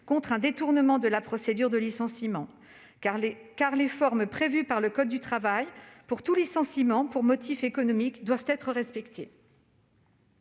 contre un détournement de la procédure de licenciement, car les formes prévues par le code du travail pour tout licenciement pour motif économique doivent être respectées.